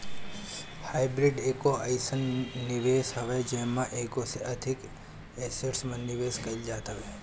hybrid एगो अइसन निवेश हवे जेमे एगो से अधिक एसेट में निवेश कईल जात हवे